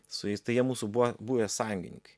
su jais tai jie mūsų buvo buvę sąjungininkai